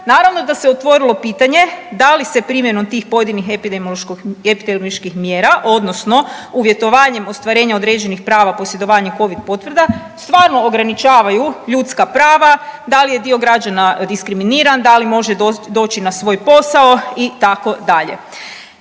naravno da se otvorilo pitanje da li se primjenom tih pojedinih epidemioloških mjera odnosno uvjetovanjem ostvarenja određenih prava posjedovanja covid potvrda stvarno ograničavaju ljudska prava, da li je dio građana diskriminiran, da li može doći na svoj posao itd.. Dakle,